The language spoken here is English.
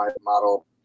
model